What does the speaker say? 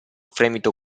fremito